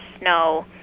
snow